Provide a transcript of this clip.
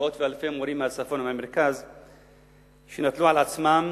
מאות ואלפים של מורים מהצפון ומהמרכז שנטלו על עצמם